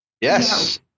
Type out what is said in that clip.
Yes